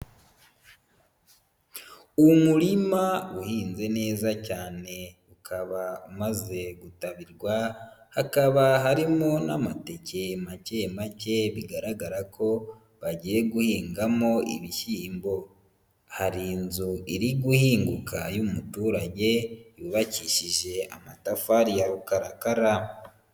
Umurima uhinze neza cyane ukaba umaze gutabirwa, hakaba harimo n'amateke make make bigaragara ko bagiye guhingamo ibishyimbo, hari inzu iri guhinguka y'umuturage yubakishije amatafari ya rukarakara.